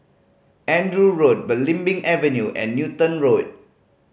Andrew Road Belimbing Avenue and Newton Road